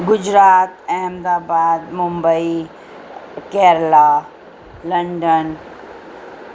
Gujarat Ahmedabad Mumbai Kerala London